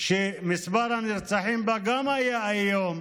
שמספר הנרצחים בה גם היה איום